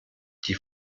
die